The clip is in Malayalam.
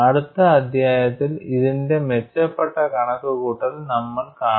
അടുത്ത അധ്യായത്തിൽ ഇതിന്റെ മെച്ചപ്പെട്ട കണക്കുകൂട്ടൽ നമ്മൾ കാണും